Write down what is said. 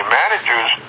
managers